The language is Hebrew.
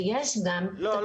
ויש גם תקציב בתוך זה -- לא.